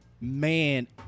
man